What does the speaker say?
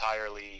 entirely